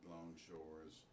Longshores